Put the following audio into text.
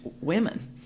women